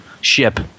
ship